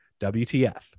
WTF